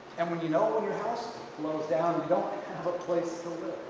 and when you know when your house blows down you don't have a place to